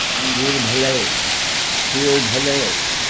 अंगूर भेलै सेब भेलै